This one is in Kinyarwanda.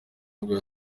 nibwo